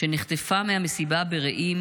שנחטפה מהמסיבה ברעים